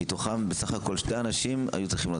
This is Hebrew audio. מתוכם בסך הכול שני אנשים היו צריכים.